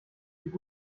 sie